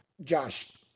Josh